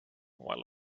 while